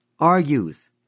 argues